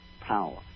power